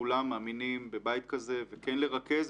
כולם מאמינים בבית כזה וכן לרכז,